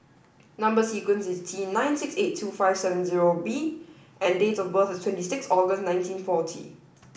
number sequence is T nine six eight two five seven zero B and date of birth is twenty sixth August nineteen forty